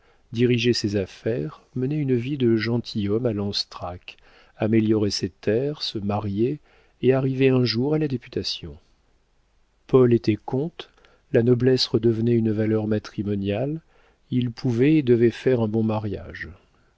diriger ses affaires mener une vie de gentilhomme à lanstrac améliorer ses terres se marier et arriver un jour à la députation paul était comte la noblesse redevenait une valeur matrimoniale il pouvait et devait faire un bon mariage